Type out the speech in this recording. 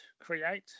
create